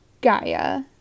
Gaia